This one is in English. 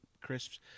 crisps